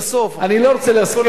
אני לא רוצה להזכיר דברים,